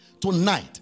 Tonight